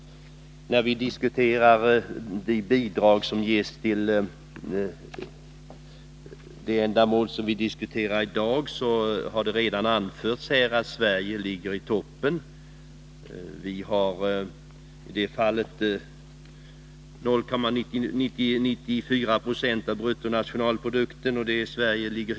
När det gäller bidrag till de ändamål som vi diskuterar i dag har det redan anförts att Sverige ligger itopp. Vi ger 0,94 96 i bidrag av BNP.